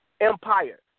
empire